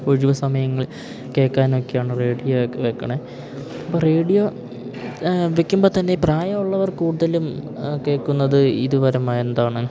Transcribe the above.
ഒഴിവു സമയങ്ങളില് കേൾക്കാനൊക്കെയാണ് റേഡിയോക്കെ വെക്കണെ അപ്പ റേഡിയോ വെക്കുമ്പോൾ തന്നെ പ്രായമുള്ളവര് കൂടുതലും കേൾക്കുന്നത് ഇതുപരമായ എന്താണ്